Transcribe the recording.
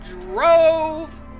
Drove